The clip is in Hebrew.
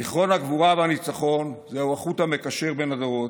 זיכרון הגבורה והניצחון הוא החוט המקשר בין הדורות,